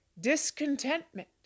discontentment